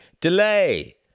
Delay